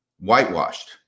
whitewashed